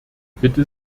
bitte